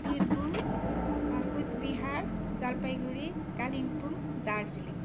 Birbhum Cooch Behar Jalpaiguri Kalimpong Darjeeling